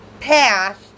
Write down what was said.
passed